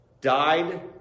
died